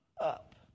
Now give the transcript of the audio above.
up